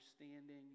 understanding